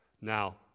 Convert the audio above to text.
Now